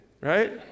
right